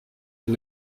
est